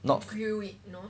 not